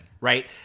right